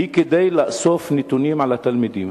היא כדי לאסוף נתונים על התלמידים.